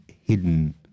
hidden